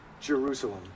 Jerusalem